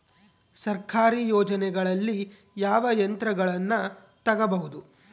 ಸರ್ಕಾರಿ ಯೋಜನೆಗಳಲ್ಲಿ ಯಾವ ಯಂತ್ರಗಳನ್ನ ತಗಬಹುದು?